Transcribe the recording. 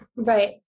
Right